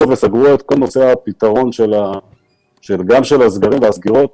וסגרו את כל הפתרון גם של הסגרים והסגירות